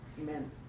Amen